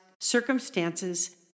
circumstances